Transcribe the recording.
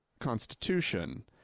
constitution